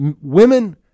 Women